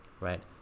right